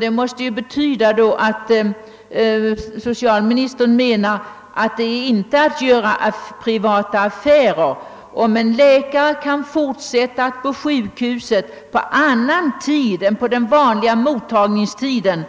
Men det betyder väl att socialministern menar att det inte är någon privat affär om en läkare fortsätter att på sjukhuset på annan tid än den vanliga mottagningstiden